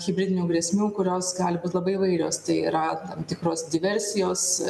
hibridinių grėsmių kurios gali būt labai įvairios tai yra tam tikros diversijos